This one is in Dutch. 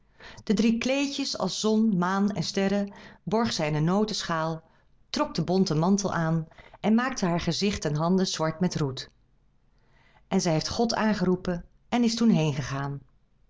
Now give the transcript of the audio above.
de drie kleedjes als zon maan en sterren borg zij in een notenschaal trok den bonten mantel aan en maakte haar gezicht en handen zwart met roet en zij heeft god aangeroepen en is toen heêngegaan